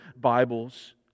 Bibles